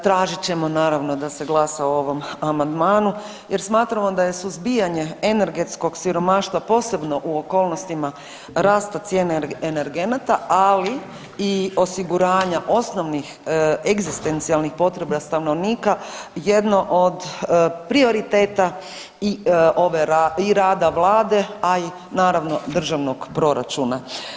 Tražit ćemo naravno, da se glasa o ovom amandmanu jer smatramo da je suzbijanje energetskog siromaštva, posebno u okolnostima rasta cijena energenata, ali i osiguranja osnovnih egzistencijalnih potreba stanovnika jedno od prioriteta i ove, i rada Vlada, a i naravno, Državnog proračuna.